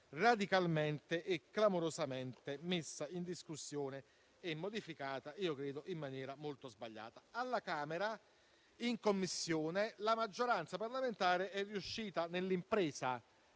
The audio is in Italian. radicalmente e clamorosamente messa in discussione e modificata, a mio avviso in maniera molto sbagliata. Alla Camera, in Commissione, la maggioranza parlamentare è riuscita nell'impresa,